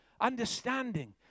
understanding